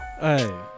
hey